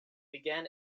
began